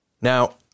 Now